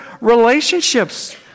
relationships